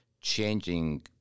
changing